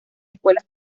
escuelas